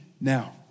now